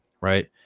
Right